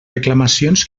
reclamacions